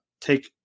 take